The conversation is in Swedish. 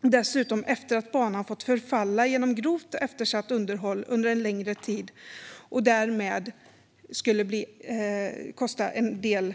Det har dessutom skett efter att banan har fått förfalla på grund av grovt eftersatt underhåll under en längre tid. Därmed skulle en upprustning kosta en hel del.